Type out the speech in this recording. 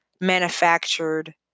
manufactured